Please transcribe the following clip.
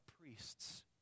priests